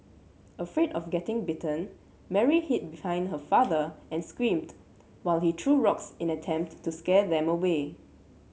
afraid of getting bitten Mary hid hind her father and screamed while he threw rocks in attempt to scare them away